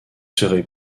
serez